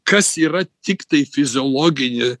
kas yra tiktai fiziologinė